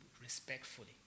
respectfully